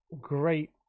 great